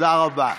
תודה רבה.